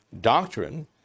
doctrine